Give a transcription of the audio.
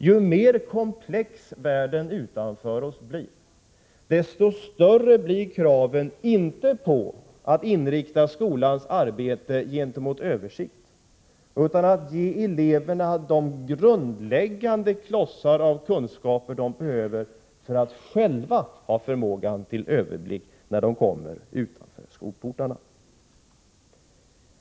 Ju mer komplex världen utanför oss blir, desto större blir kraven, inte på att inrikta skolans arbete gentemot översikt, utan på att ge eleverna de grundläggande klotsar av kunskaper som de behöver för att själva ha förmågan till överblick när de kommer utanför skolportarna.